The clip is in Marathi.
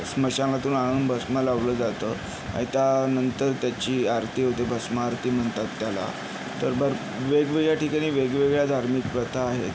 स्मशानातून आणून भस्म लावलं जातं आणि त्यानंतर त्याची आरती होते भस्मारती म्हणतात त्याला तर भर वेगवेगळ्या ठिकाणी वेगवेगळ्या धार्मिक प्रथा आहेत